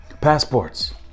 passports